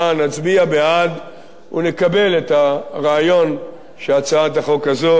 נצביע בעד ונקבל את הרעיון שהצעת החוק הזאת